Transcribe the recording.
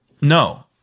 No